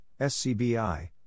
SCBI